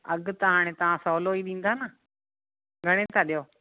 अघि त हाणे तव्हां सवलो ई ॾींदा न घणे था ॾियो